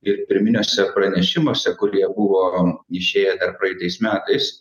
ir pirminiuose pranešimuose kurie buvo išėję dar praeitais metais